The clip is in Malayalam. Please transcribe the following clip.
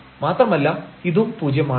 മാത്രമല്ല ഇതും പൂജ്യമാണ്